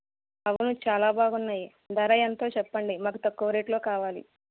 అవును చాలా బాగున్నాయి ధర ఎంతో చెప్పండి మాకు తక్కువ రేట్లో కావాలి